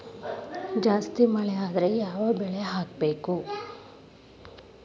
ಜಾಸ್ತಿ ಮಳಿ ಆದ್ರ ಯಾವ ಬೆಳಿ ಹಾಕಬೇಕು?